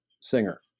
singer